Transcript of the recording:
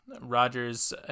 Rogers